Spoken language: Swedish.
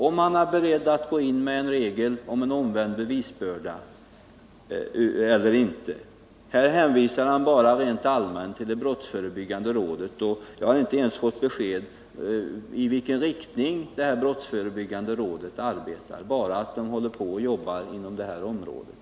Är han beredd att föreslå en regel om omvänd bevisbörda eller är han det inte? Han hänvisar bara rent allmänt till det brottsförebyggande rådet. Jag har inte ens fått besked om i vilken riktning det brottsförebyggande rådet arbetar, utan jag har bara fått veta att rådet jobbar inom det här området.